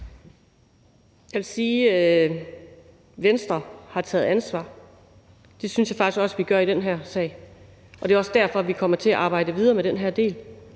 Jeg vil sige, at Venstre har taget ansvar. Det synes jeg faktisk også vi gør i den her sag, og det er også derfor, vi kommer til at arbejde videre med den her del.